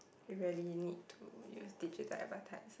you really need to use digital advertise